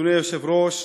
אדוני היושב-ראש,